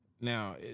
Now